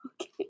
Okay